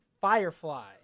Firefly